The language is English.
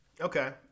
Okay